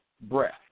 breath